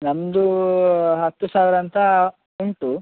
ನಮ್ಮದು ಹತ್ತು ಸಾವಿರ ಅಂತ ಉಂಟು